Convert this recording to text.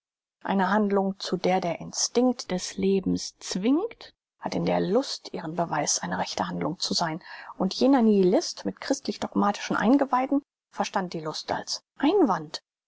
eine handlung zu der der instinkt des lebens zwingt hat in der lust ihren beweis eine rechte handlung zu sein und jener nihilist mit christlich dogmatischen eingeweiden verstand die lust als einwand